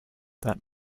that